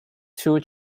two